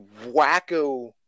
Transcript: wacko